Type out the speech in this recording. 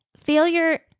failure